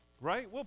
Right